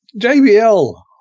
JBL